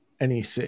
NEC